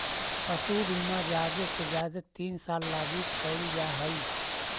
पशु बीमा जादे से जादे तीन साल लागी कयल जा हई